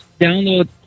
download